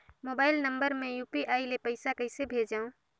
Mobile number मे UPI ले पइसा कइसे भेजवं?